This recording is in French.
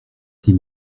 six